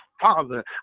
Father